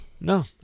no